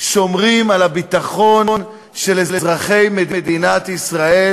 שומרים על הביטחון של אזרחי מדינת ישראל?